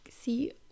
see